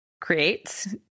creates